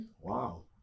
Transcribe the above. wow